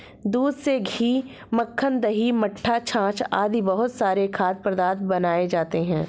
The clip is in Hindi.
दूध से घी, मक्खन, दही, मट्ठा, छाछ आदि बहुत सारे खाद्य पदार्थ बनाए जाते हैं